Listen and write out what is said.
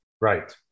Right